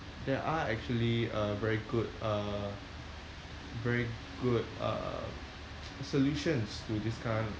there are actually uh very good uh very good uh solutions to this kind